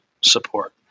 support